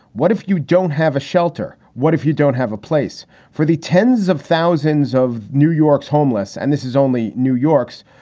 what if you don't have a shelter? what if you don't have a place for the tens of thousands of new york? homeless. and this is only new york's.